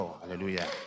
hallelujah